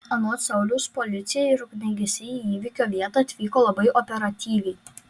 anot sauliaus policija ir ugniagesiai į įvykio vietą atvyko labai operatyviai